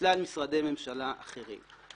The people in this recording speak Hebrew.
ושלל משרדי ממשלה אחרים.